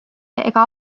ega